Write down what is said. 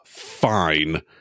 fine